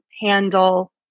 handle